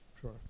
Sure